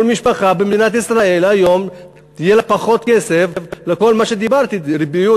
כל משפחה במדינת ישראל היום יהיה לה פחות כסף לכל מה שדיברתי: בריאות,